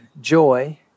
joy